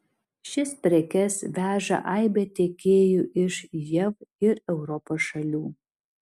šias prekes veža aibė tiekėjų iš jav ir europos šalių